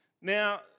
Now